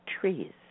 Trees